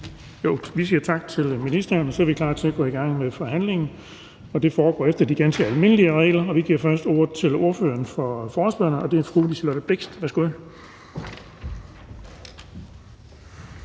vi siger tak til ministeren. Så er vi klar til at gå i gang med forhandlingen, og det foregår efter de ganske almindelige regler. Vi giver først ordet til ordføreren for forespørgerne, og det er fru Liselott Blixt. Værsgo.